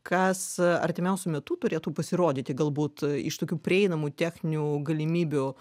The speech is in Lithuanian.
kas artimiausiu metu turėtų pasirodyti galbūt iš tokių prieinamų techninių galimybių